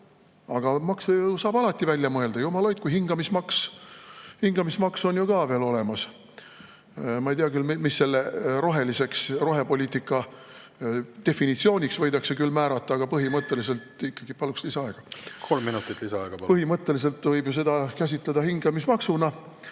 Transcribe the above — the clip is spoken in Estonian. Aga maksu saab ju alati välja mõelda. Jumal hoidku, hingamismaks on ju ka veel olemas! Ma ei tea küll, mis selle rohepoliitika definitsiooniks võidakse määrata, aga põhimõtteliselt … Paluksin lisaaega. Kolm minutit lisaaega, palun! … võib ju seda käsitleda hingamismaksuna.